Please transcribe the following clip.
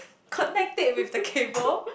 connect it with the cable